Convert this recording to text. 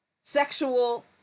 sexual